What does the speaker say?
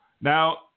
Now